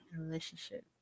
relationship